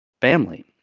family